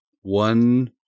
one